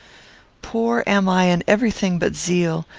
poor am i in every thing but zeal,